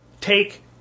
Take